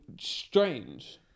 strange